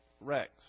Rex